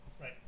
Right